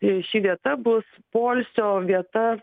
jei ši vieta bus poilsio vieta